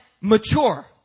mature